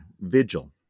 vigil